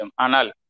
Anal